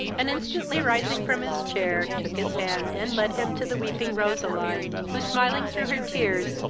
and, instantly rising from his chair, took his hand, and led him to the weeping roseline, who, smiling through her tears,